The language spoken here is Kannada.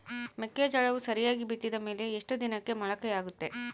ಮೆಕ್ಕೆಜೋಳವು ಸರಿಯಾಗಿ ಬಿತ್ತಿದ ಮೇಲೆ ಎಷ್ಟು ದಿನಕ್ಕೆ ಮೊಳಕೆಯಾಗುತ್ತೆ?